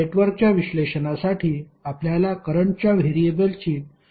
नेटवर्कच्या विश्लेषणासाठी आपल्याला करंटच्या व्हेरिएबल ची योग्य निवड करणे आवश्यक होते